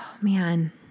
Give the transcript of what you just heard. Man